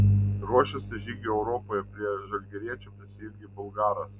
ruošiasi žygiui europoje prie žalgiriečių prisijungė bulgaras